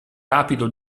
rapido